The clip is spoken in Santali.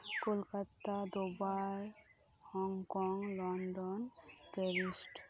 Kolkata Dubai Hong Kong London Paris